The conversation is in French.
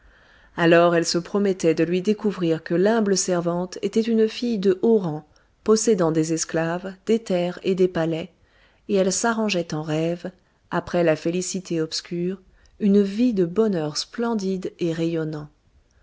alors elle se promettait de lui découvrir que l'humble servante était une fille de haut rang possédant des esclaves des terres et des palais et elle s'arrangeait en rêve après la félicité obscure une vie de bonheur splendide et rayonnant